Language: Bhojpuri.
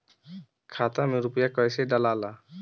खाता में रूपया कैसे डालाला?